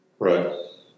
Right